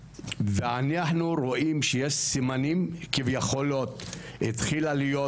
אנחנו רואים שיש סימנים, שהתחילה להיות,